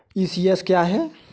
ECS क्या है?